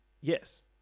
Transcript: yes